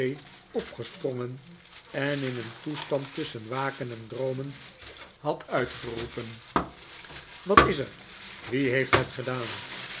opgesprongen en in een toestand tusschen waken en droomen had uitgeroepen wat is er wie heeft het gedaant